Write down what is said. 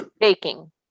baking